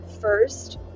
first